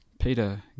Peter